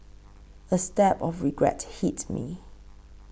a stab of regret hit me